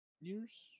years